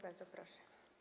Bardzo proszę.